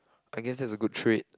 I guess that's a good trait